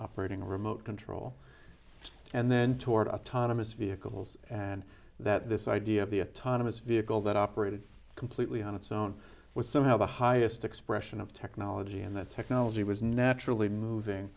operating remote control and then toward autonomous vehicles and that this idea of the autonomy is vehicle that operated completely on its own was somehow the highest expression of technology and that technology was naturally moving